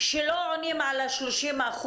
שלא עונים על ה-30%?